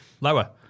Lower